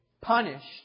punished